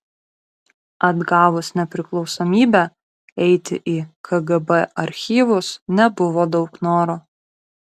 atgavus nepriklausomybę eiti į kgb archyvus nebuvo daug noro